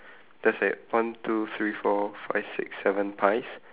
there's like one two three four five six seven pies